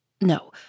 No